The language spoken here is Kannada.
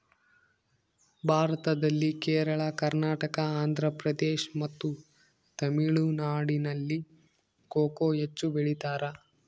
ಭಾರತದಲ್ಲಿ ಕೇರಳ, ಕರ್ನಾಟಕ, ಆಂಧ್ರಪ್ರದೇಶ್ ಮತ್ತು ತಮಿಳುನಾಡಿನಲ್ಲಿ ಕೊಕೊ ಹೆಚ್ಚು ಬೆಳಿತಾರ?